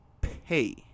pay